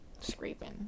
Scraping